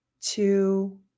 two